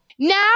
Now